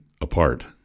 apart